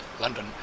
London